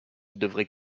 devrait